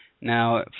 Now